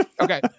Okay